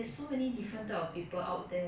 ya will help me grow as a person lah